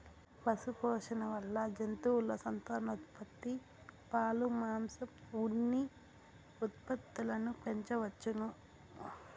పశుపోషణ వల్ల జంతువుల సంతానోత్పత్తి, పాలు, మాంసం, ఉన్ని ఉత్పత్తులను పెంచవచ్చును